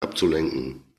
abzulenken